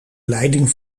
leiding